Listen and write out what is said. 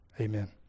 Amen